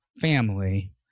family